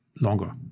longer